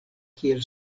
kiel